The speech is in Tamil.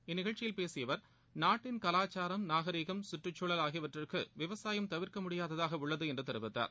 இந்நிகழ்ச்சியில் பேசிய அவர் நாட்டின் கவாச்சாரம் நாகரீகம் கற்றுச் சூழல் ஆகியவற்றிற்கு விவசாயம் தவிர்க்க முடியாததாக உள்ளது என்று தெரிவித்தார்